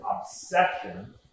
obsession